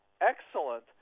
Excellent